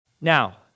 Now